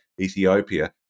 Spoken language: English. Ethiopia